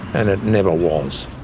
and it never was.